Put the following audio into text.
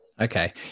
Okay